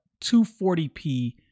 240p